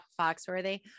Foxworthy